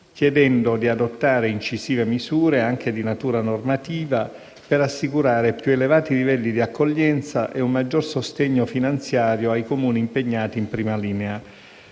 chiedendo di adottare incisive misure, anche di natura normativa, per assicurare più elevati livelli di accoglienza e un maggior sostegno finanziario ai Comuni impegnati in prima linea.